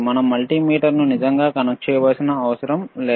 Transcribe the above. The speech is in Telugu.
మనం మల్టీమీటర్నుఎడమవైపు నిజంగా కనెక్ట్ చేయవలసిన అవసరం లేదు